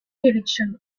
direction